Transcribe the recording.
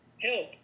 help